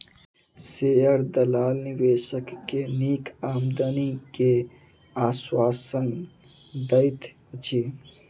share दलाल निवेशक के नीक आमदनी के आश्वासन दैत अछि